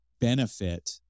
benefit